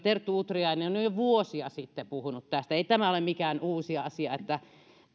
terttu utriainen on jo vuosia sitten puhunut tästä ei tämä ole mikään uusi asia